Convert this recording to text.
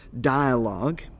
dialogue